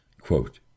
Quote